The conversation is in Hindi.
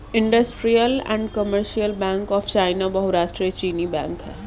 industrial and commercial bank of China बहुराष्ट्रीय चीनी बैंक है